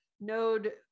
node